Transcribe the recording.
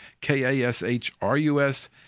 K-A-S-H-R-U-S